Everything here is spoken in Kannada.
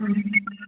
ಹ್ಞೂ ಹ್ಞೂ